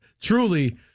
Truly